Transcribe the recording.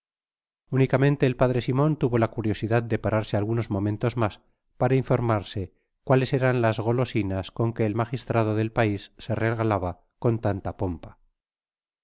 únioameste el p simon tuvo la curioidad de pararse algunos momentos mas para informarse cuales eran las golosinas oon que el magistrado del pais se regalaba oon tanta pompa